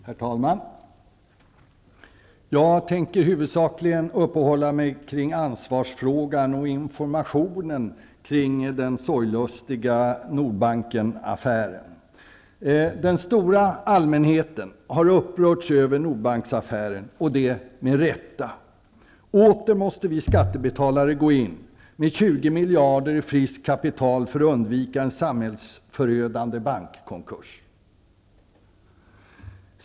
Herr talman! Jag tänker huvudsakligen uppehålla mig vid ansvarsfrågan och informationen kring den sorglustiga Nordbankenaffären. Den stora allmänheten har upprörts över Nordbanksaffären, och det med rätta. Återigen måste vi skattebetalare gå in med 20 miljarder i friskt kapital för att undvika en samhällsförödande bankkonkurs.